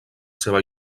seva